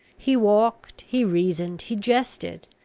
he walked, he reasoned, he jested,